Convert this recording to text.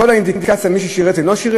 הרי כל האינדיקציה היא מי שירת ומי לא שירת.